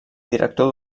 director